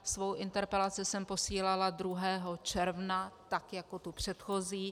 Svou interpelaci jsem posílala 2. června, tak jako tu předchozí.